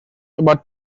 about